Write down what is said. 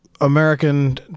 american